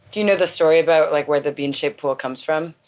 do you know the story about, like, where the bean-shaped pool comes from?